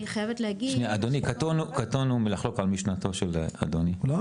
אדוני קטנו לחלוק על משנתו אדוני, אבל ,